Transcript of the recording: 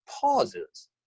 pauses